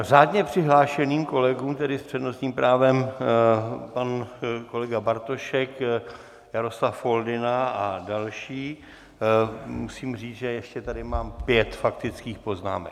Řádně přihlášeným kolegům, tedy s přednostním právem, pan kolega Bartošek, Jaroslav Foldyna a další, musím říct, že tady ještě mám pět faktických poznámek.